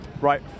Right